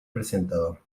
presentador